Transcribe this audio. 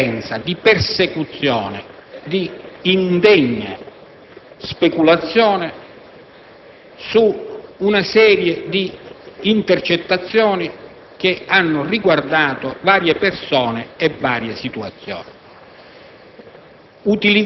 sofferenza, di persecuzione, di indegna speculazione su intercettazioni che hanno riguardato varie persone e situazioni.